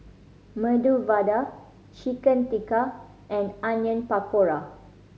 Medu Vada Chicken Tikka and Onion Pakora